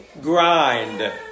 grind